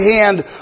hand